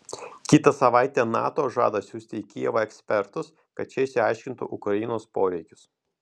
kitą savaitę nato žada siųsti į kijevą ekspertus kad šie išsiaiškintų ukrainos poreikius